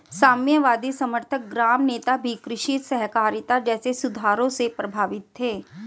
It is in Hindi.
साम्यवादी समर्थक ग्राम नेता भी कृषि सहकारिता जैसे सुधारों से प्रभावित थे